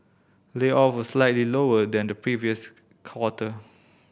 layoffs were slightly lower than the previous quarter